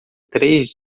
três